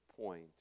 point